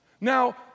Now